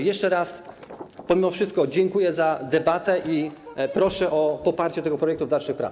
Jeszcze raz pomimo wszystko dziękuję za debatę i proszę o poparcie tego projektu w dalszych pracach.